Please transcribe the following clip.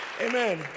Amen